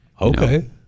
Okay